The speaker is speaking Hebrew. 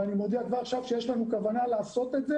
ואני מודיע כבר עכשיו שיש לנו כוונה לעשות את זה